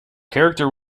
character